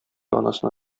анасына